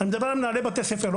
אני מדבר על מנהלי בתי ספר.